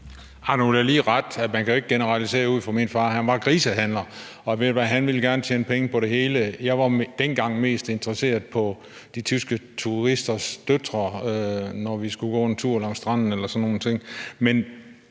lige korrigere. Man kan jo ikke generalisere ud fra min far. Han var grisehandler, og han ville gerne tjene penge på det hele. Jeg var dengang mest interesseret i de tyske turisters døtre, når vi skulle gå en tur langs stranden